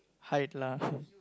hide lah